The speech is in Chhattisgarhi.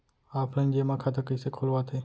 ऑफलाइन जेमा खाता कइसे खोलवाथे?